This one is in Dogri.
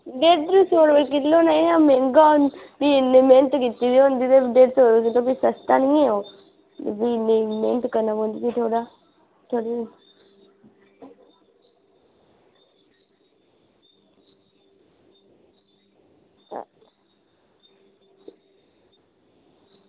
डेढ़ सौ रपेआ किलो निं एह् मैंह्गा भी इन्नी मैह्नत कीती दी होंदी ते भी डेढ़ सौ रपेआ किलो मैंह्गा निं ऐ ओह् जी जी इन्नी मैह्नत करना पौंदी थोह्ड़ा चलने आं